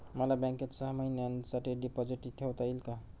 मला बँकेत सहा महिन्यांसाठी डिपॉझिट ठेवता येईल का?